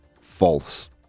false